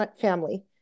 family